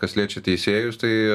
kas liečia teisėjus tai